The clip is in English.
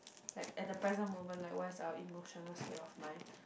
like at the present moment like where's are emotional self mine